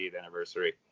anniversary